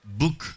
book